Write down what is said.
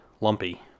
Lumpy